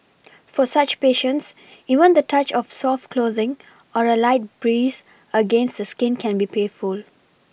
for such patients even the touch of soft clothing or a light breeze against the skin can be painful